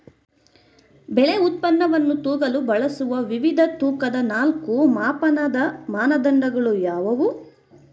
ಬೆಳೆ ಉತ್ಪನ್ನವನ್ನು ತೂಗಲು ಬಳಸುವ ವಿವಿಧ ತೂಕದ ನಾಲ್ಕು ಮಾಪನದ ಮಾನದಂಡಗಳು ಯಾವುವು?